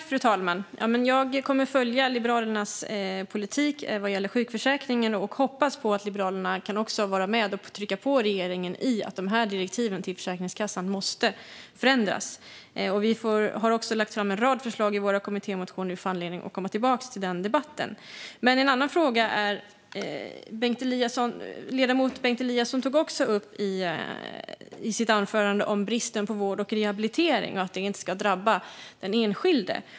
Fru talman! Jag kommer att följa Liberalernas politik vad gäller sjukförsäkringen och hoppas på att Liberalerna också kan vara med och trycka på regeringen när det gäller att direktiven till Försäkringskassan måste förändras. Vi har lagt fram en rad förslag i våra kommittémotioner, och vi får anledning att komma tillbaka till denna debatt. Ledamoten Bengt Eliasson tog i sitt anförande upp bristen på vård och rehabilitering och att detta inte ska drabba den enskilde.